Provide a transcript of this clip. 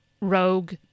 Rogue